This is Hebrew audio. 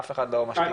אף אחד לא משתיק.